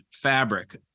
fabric